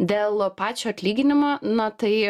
dėl pačio atlyginimo na tai